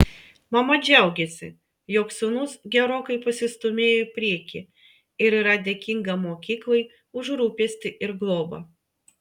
mama džiaugiasi jog sūnus gerokai pasistūmėjo į priekį ir yra dėkinga mokyklai už rūpestį ir globą